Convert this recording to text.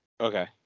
Okay